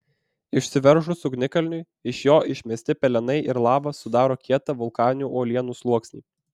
išsiveržus ugnikalniui iš jo išmesti pelenai ir lava sudaro kietą vulkaninių uolienų sluoksnį